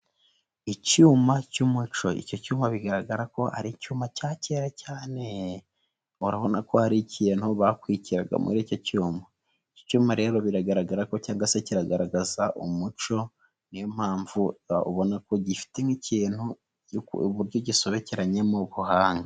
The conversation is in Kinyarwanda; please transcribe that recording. Icyuma cy'umuco icyo cyuma bigaragara ko ari icyuma cya kera cyane urabona ko hari ikintu bakwikiraga muri icyo cyuma, icyuma rero biragaragara ko cyangwa se kiragaragaza umuco niyo mpamvu ubona ko gifite nk'ikintu uburyo gisobekeranyemo ubuhanga.